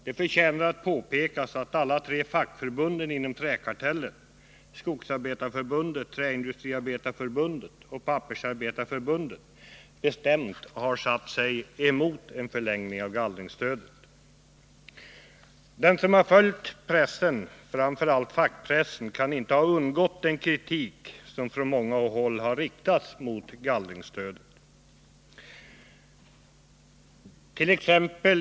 Det förtjänar att påpekas att alla tre fackförbunden inom träkartellen, Skogsarbetareförbundet, Träindustriarbetareförbundet och Pappersarbetareförbundet, bestämt har satt sig emot en förlängning av gallringsstödet. Den som har följt pressen, framför allt fackpressen, kan inte ha undgått att lägga märke till den kritik som från många håll har riktats mot gallringsstödet.